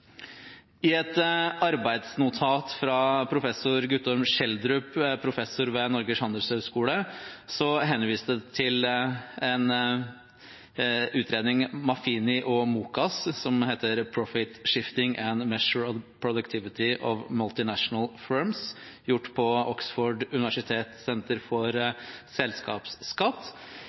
I et arbeidsnotat fra professor Guttorm Schjelderup ved Norges handelshøyskole henvises det til en utredning gjort av Giorgia Maffini og Socrates Mokkas, som heter «Profit shifting and measured productivity of multinational firms», som er gjort på Oxford University Centre for